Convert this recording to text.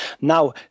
Now